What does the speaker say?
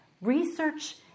Research